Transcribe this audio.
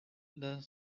the